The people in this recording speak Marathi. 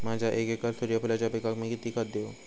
माझ्या एक एकर सूर्यफुलाच्या पिकाक मी किती खत देवू?